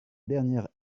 dernière